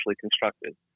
constructed